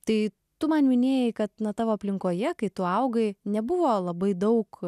tai tu man minėjai kad na tavo aplinkoje kai tu augai nebuvo labai daug